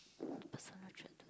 personal trait